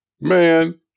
Man